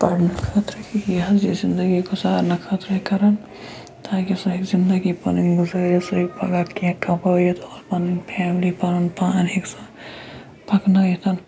پَرنہٕ خٲطرٕ یہِ حظ یہِ زِندگی گُزارنہٕ خٲطرٕ کَران تاکہِ سُہ ہیٚکہِ زِندگی پَنٕنۍ گُزٲرِتھ سُہ ہیٚکہِ پَگاہ کینٛہہ کَمٲیِتھ اور پَنٕنۍ فیملی پَنُن پان ہیٚکہِ سُہ پَکنٲیِتھ